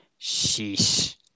Sheesh